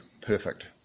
perfect